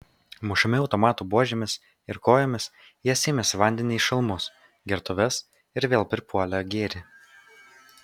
mušami automatų buožėmis ir kojomis jie sėmėsi vandenį į šalmus gertuves ir vėl pripuolę gėrė